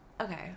okay